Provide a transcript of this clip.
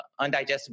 undigestible